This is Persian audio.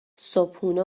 صبحونه